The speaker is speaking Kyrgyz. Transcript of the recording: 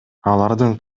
алардын